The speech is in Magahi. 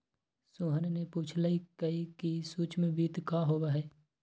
सोहन ने पूछल कई कि सूक्ष्म वित्त का होबा हई?